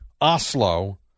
Oslo